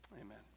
Amen